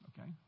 Okay